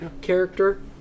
character